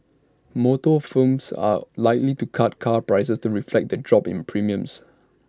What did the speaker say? motor firms are likely to cut car prices to reflect the drop in premiums